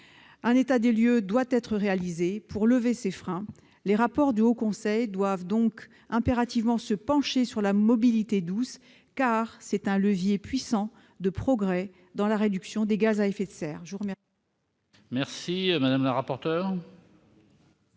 Un état des lieux doit être réalisé pour lever ces freins. Les rapports du Haut Conseil doivent impérativement se pencher sur la mobilité douce, car c'est un levier puissant de progrès dans la réduction des émissions de gaz à effet de serre.